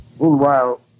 Meanwhile